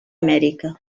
amèrica